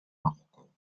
marokko